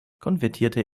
konvertierte